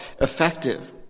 effective